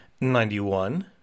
ninety-one